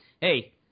hey